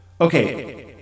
Okay